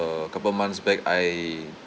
couple months back I